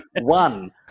one